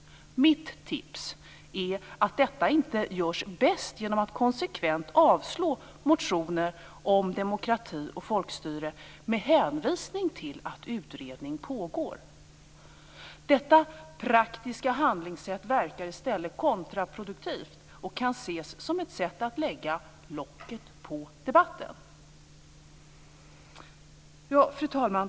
Mitt tips är att detta inte görs bäst genom att konsekvent avslå motioner om demokrati och folkstyre med hänvisning till att utredning pågår. Detta praktiska handlingssätt verkar i stället kontraproduktivt och kan ses som ett sätt att lägga locket på debatten. Fru talman!